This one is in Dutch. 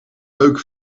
leuk